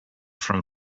from